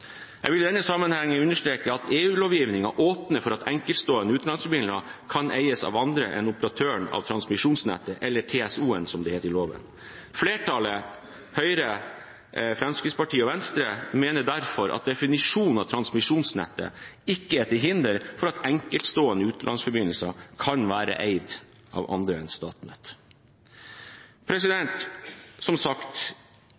Jeg vil i den sammenheng understreke at EU-lovgivningen åpner for at enkeltstående utenlandsforbindelser kan eies av andre enn operatøren av transmisjonsnettet, eller TSO-en, som det heter i loven. Flertallet, Høyre, Fremskrittspartiet og Venstre, mener derfor at definisjonen av transmisjonsnettet ikke er til hinder for at enkeltstående utenlandsforbindelser kan være eid av andre enn Statnett.